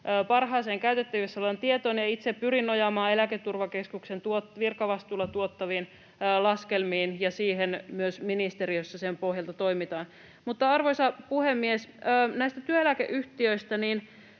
parhaaseen käytettävissä olevaan tietoon, ja itse pyrin nojaamaan Eläketurvakeskuksen virkavastuulla tuottamiin laskelmiin, ja myös ministeriössä niiden pohjalta toimitaan. Arvoisa puhemies! Näistä työeläkeyhtiöistä: